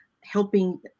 helping